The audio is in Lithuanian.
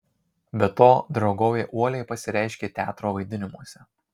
be to draugovė uoliai pasireiškė teatro vaidinimuose